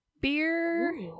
beer